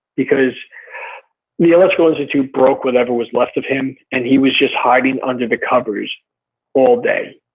because the electrical institute broke whatever was left of him and he was just hiding under the covers all day.